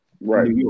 Right